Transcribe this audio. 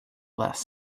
last